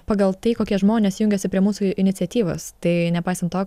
pagal tai kokie žmonės jungiasi prie mūsų iniciatyvos tai nepaisant to